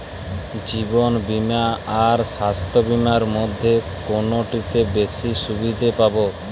জীবন বীমা আর স্বাস্থ্য বীমার মধ্যে কোনটিতে বেশী সুবিধে পাব?